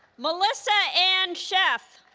melissa ann sheth